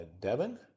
Devin